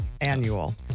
annual